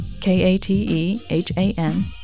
K-A-T-E-H-A-N